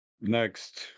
Next